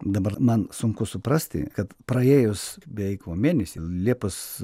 dabar man sunku suprasti kad praėjus beveik va mėnesį liepos